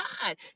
God